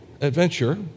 adventure